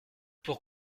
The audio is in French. pour